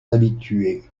habitués